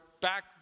back